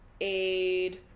aid